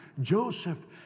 Joseph